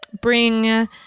bring